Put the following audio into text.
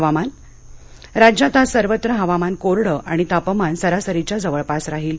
हवामान राज्यात आज सर्वत्र हवामान कोरडं आणि तापमान सरासरीच्या जवळपास राहील